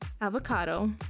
avocado